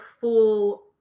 full